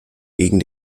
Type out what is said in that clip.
wegen